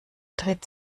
dreht